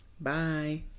Bye